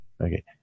Okay